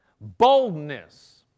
boldness